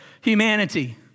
humanity